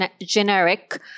generic